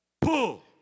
pull